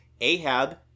Ahab